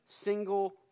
single